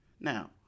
Now